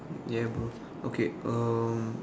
ya bro okay um